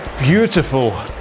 beautiful